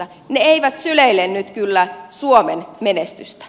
ne eivät syleile nyt kyllä suomen menestystä